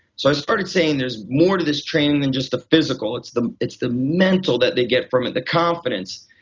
so i started saying there's more to this training than just the physical. it's the it's the mental that they get from it, the confidence.